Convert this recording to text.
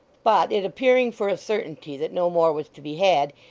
but it appearing for a certainty that no more was to be had,